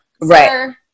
Right